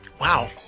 wow